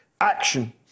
action